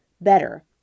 better